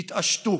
תתעשתו.